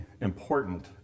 important